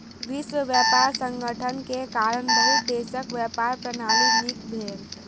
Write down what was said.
विश्व व्यापार संगठन के कारण बहुत देशक व्यापार प्रणाली नीक भेल